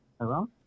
Hello